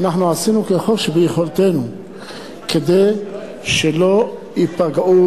אנחנו עשינו ככל שביכולתנו כדי שלא ייפגעו,